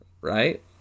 right